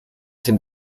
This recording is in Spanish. sin